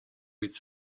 its